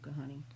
honey